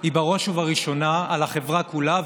הם בראש ובראשונה על החברה כולה,